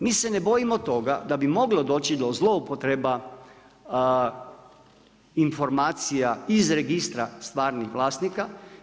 Mi se ne bojimo toga da bi moglo doći do zloupotreba informacija iz registra stvarnih vlasnika.